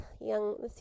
young